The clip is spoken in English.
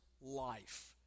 life